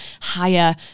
higher